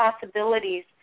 possibilities